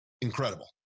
incredible